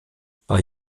bei